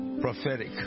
prophetic